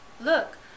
look